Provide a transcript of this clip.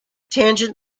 tangent